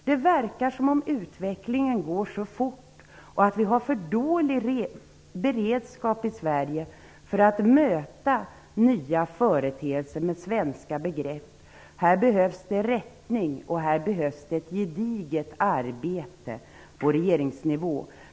Det verkar som att utvecklingen går för fort och att vi har för dålig beredskap i Sverige för att möta nya företeelser med svenska begrepp. Här behövs det rättning, och här behövs ett gediget arbete på regeringsnivå.